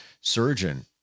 surgeon